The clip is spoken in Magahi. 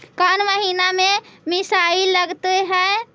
कौन महीना में मिसाइल लगते हैं?